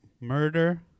murder